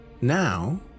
Now